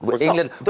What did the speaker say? England